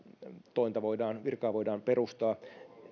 tointa virkaa